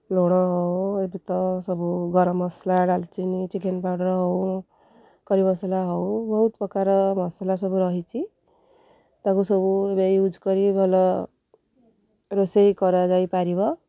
ଲୁଣ ହେଉ ଏବେ ତ ସବୁ ଗରମ ମସଲା ଡାଲଚିନି ଚିକେନ୍ ପାଉଡ଼ର୍ ହେଉ କରି ମସଲା ହେଉ ବହୁତ ପ୍ରକାର ମସଲା ସବୁ ରହିଛି ତାକୁ ସବୁ ଏବେ ୟୁଜ୍ କରି ଭଲ ରୋଷେଇ କରାଯାଇପାରିବ